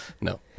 No